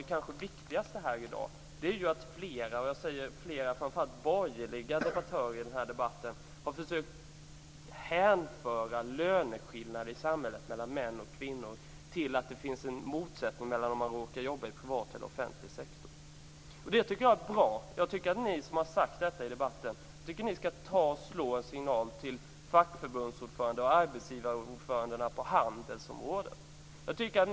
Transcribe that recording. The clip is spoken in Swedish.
Det viktigaste är att flera borgerliga debattörer i debatten har försökt att hänföra löneskillnader i samhället mellan män och kvinnor till att det finns en motsättning om man jobbar i privat eller offentlig sektor. Ni som har sagt detta i debatten skall slå en signal till fackförbundsordförandena och arbetsgivarordförandena på handelsområdet.